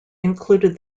included